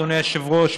אדוני היושב-ראש,